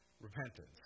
repentance